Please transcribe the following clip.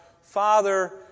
Father